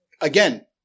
again